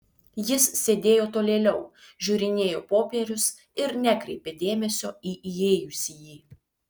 jis sėdėjo tolėliau žiūrinėjo popierius ir nekreipė dėmesio į įėjusįjį